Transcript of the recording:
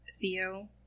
Theo